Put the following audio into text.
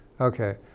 okay